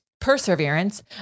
perseverance